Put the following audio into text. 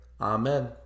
Amen